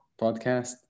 podcast